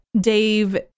Dave